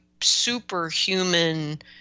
superhuman